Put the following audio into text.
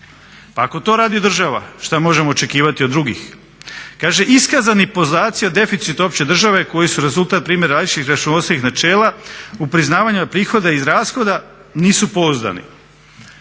Pa ako to radi država što možemo očekivati od drugih? Kaže iskazani podaci o deficitu opće države koji su rezultat primjera različitih računovodstvenih načela u priznavanju prihoda iz rashoda nisu pouzdani.